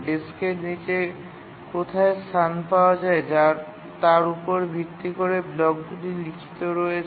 ডেস্কের নীচে কোথায় স্থান পাওয়া যায় তার উপর ভিত্তি করে ব্লকগুলি সাজান হয়